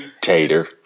tater